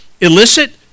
illicit